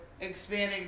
expanding